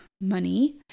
money